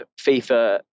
FIFA